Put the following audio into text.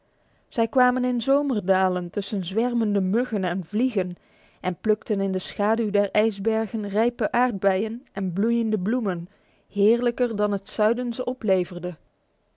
zij kwamen in zomerdalen tussen zwermende muggen en vliegen en plukten in de schaduw der ijsbergen rijpe aardbeziën en bloeiende bloemen heerlijker dan het zuiden ze opleverde